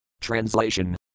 Translation